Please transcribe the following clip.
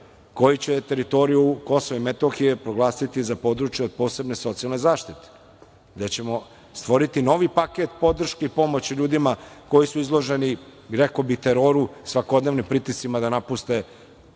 koji će teritoriju Kosova i Metohije proglasiti za područje od posebne socijalne zaštite, a gde ćemo stvoriti novi paket podrške i pomoći ljudima koji su izloženi, rekao bih, teroru, svakodnevnim pritiscima da napuste